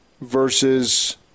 versus